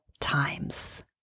times